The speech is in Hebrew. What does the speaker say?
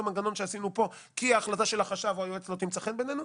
המנגנון כי ההחלטה של החשב או היועץ לא תמצא חן בעינינו,